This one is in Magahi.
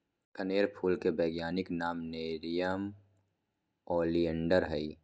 कनेर फूल के वैज्ञानिक नाम नेरियम ओलिएंडर हई